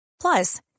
Plus